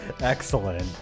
Excellent